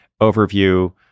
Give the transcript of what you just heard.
overview